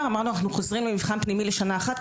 ואמרנו: אנחנו חוזרים למבחן פנימי לשנה אחת,